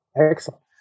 Excellent